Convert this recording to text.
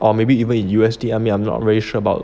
or maybe even in U_S_D I mean I'm not sure about